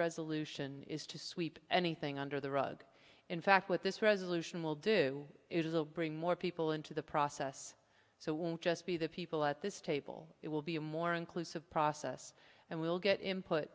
resolution is to sweep anything under the rug in fact with this resolution will do it is a bring more people into the process so won't just be the people at this table it will be a more inclusive process and we'll get input